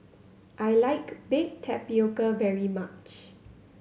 I like baked tapioca very much